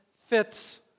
fits